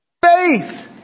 Faith